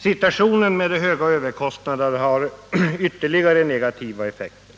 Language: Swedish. Situationen med de höga överkostnaderna har ytterligare negativa effekter.